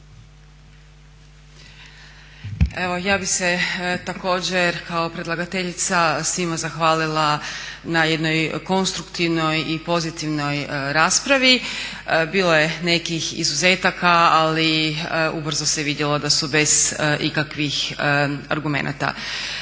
Evo ja bih se također kao predlagateljica svima zahvalila na jednoj konstruktivnoj i pozitivnoj raspravi. Bilo je nekih izuzetaka ali ubrzo se vidjelo da su bez ikakvih argumenata.